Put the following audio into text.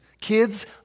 Kids